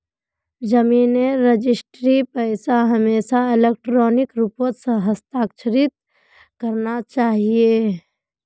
जमीन रजिस्ट्रीर पैसा हमेशा इलेक्ट्रॉनिक रूपत हस्तांतरित करना चाहिए